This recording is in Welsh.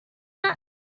heno